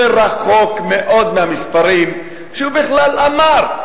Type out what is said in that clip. זה רחוק מאוד מהמספרים שהוא בכלל אמר.